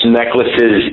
necklaces